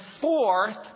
fourth